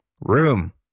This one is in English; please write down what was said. room